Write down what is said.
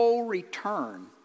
return